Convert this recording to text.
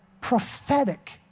prophetic